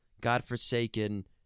godforsaken